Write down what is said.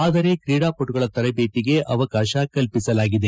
ಆದರೆ ಕ್ರೀಡಾಪಟುಗಳ ತರಬೇತಿಗೆ ಅವಕಾಶ ಕಲ್ಪಿಸಲಾಗಿದೆ